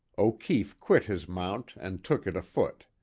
o'keefe quit his mount and took it afoot.